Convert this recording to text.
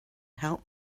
help